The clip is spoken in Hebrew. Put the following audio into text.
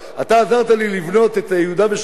אתה עזרת לי לבנות את יהודה ושומרון,